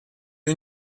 die